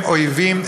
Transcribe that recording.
הם אויבים,